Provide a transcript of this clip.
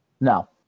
no